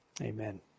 Amen